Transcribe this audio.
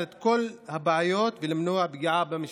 את כל הבעיות ולמנוע פגיעה במשפחות.